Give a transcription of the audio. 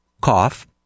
cough